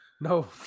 No